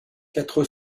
quatre